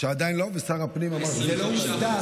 עדיין לא, ושר הפנים אמר, זה לא מוסדר.